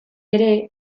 ere